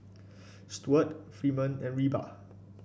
Stuart Freeman and Reba